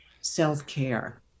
self-care